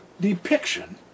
depiction